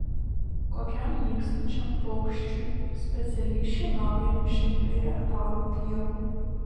kokiam nykstančiam paukščiui specialiai šienaujami šimtai hektarų pievų